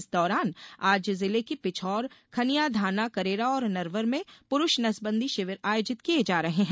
इस दौरान आज जिले की पिछोर खनिया धाना करेरा और नरवर में पुरूष नसबंदी शिविर आयोजित किये जा रहे हैं